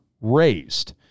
raised